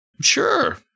Sure